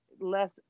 less